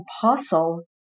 parcel